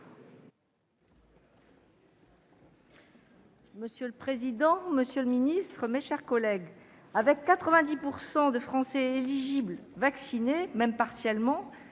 Monsieur le président, monsieur le ministre, mes chers collègues, aujourd'hui, 90 % des Français éligibles sont vaccinés, même partiellement